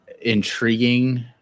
intriguing